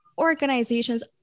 organizations